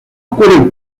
ocurren